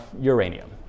uranium